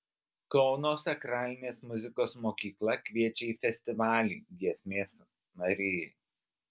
kauno sakralinės muzikos mokykla kviečia į festivalį giesmės marijai